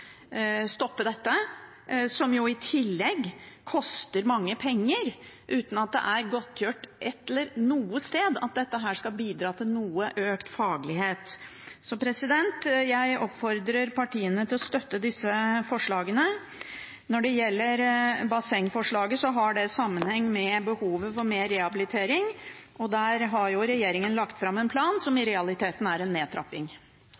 stoppe dette – som i tillegg koster mye penger uten at det er godtgjort noe sted at dette skal bidra til noen økt faglighet. Så jeg oppfordrer partiene til å støtte disse forslagene. Når det gjelder bassengforslaget, har det sammenheng med behovet for mer rehabilitering. Der har regjeringen lagt fram en plan som i realiteten er en nedtrapping.